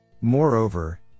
Moreover